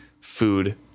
food